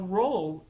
role